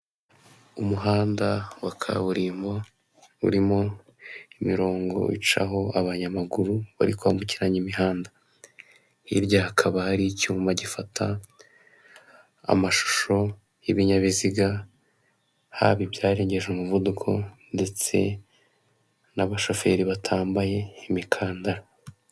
Umuhanda wa kaburimbo urimo imirongo icaho abanyamaguru bari kwambukiranya imihanda, hirya hakaba hari icyuma gifata amashusho y'ibinyabiziga haba ibyarengeje umuvuduko ndetse n'abashoferi batambaye imikandara.